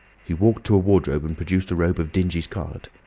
he walked to a wardrobe and produced a robe of dingy scarlet.